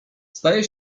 staje